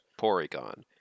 Porygon